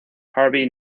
harvey